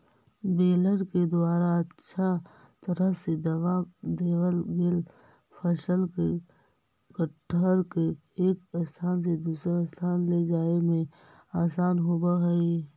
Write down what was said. baler के द्वारा अच्छा तरह से दबा देवल गेल फसल के गट्ठर के एक स्थान से दूसर स्थान ले जाए में आसान होवऽ हई